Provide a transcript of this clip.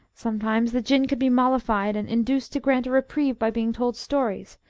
sometimes the jinn could be mollified and induced to grant a reprieve by being told stories,